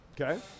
Okay